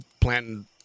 planting